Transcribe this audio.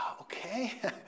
Okay